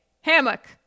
Hammock